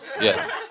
yes